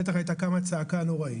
בטח הייתה קמה צעקה נוראית.